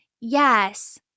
yes